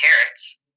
carrots